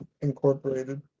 Incorporated